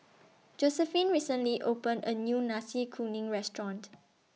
Josephine recently opened A New Nasi Kuning Restaurant